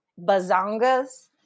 Bazongas